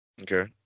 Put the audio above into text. Okay